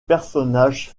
personnages